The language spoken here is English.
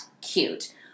cute